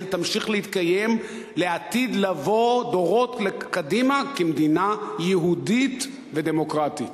תמשיך להתקיים לעתיד לבוא דורות קדימה כמדינה יהודית ודמוקרטית.